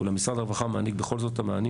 אולם משרד הרווחה מעניק בכל זאת את המענים